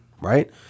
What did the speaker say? right